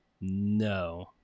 No